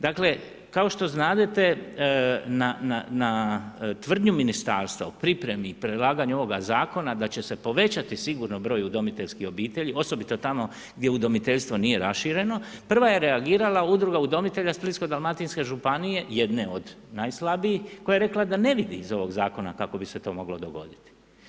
Dakle, kao što znadete na tvrdnju Ministarstva o pripremi i predlaganju ovoga zakona da će se povećati sigurno broj udomiteljskih obitelji, osobito tamo gdje udomiteljstvo nije rašireno, prva je reagirala Udruga udomitelja Splitsko-dalmatinske županije jedne od najslabijih koja je rekla da ne vidi iz ovog zakona kako bi se to moglo dogoditi.